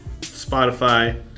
Spotify